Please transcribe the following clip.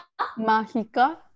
Mahika